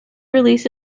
release